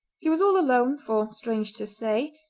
he was all alone, for, strange to say,